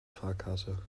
fahrkarte